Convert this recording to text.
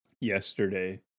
yesterday